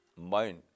mind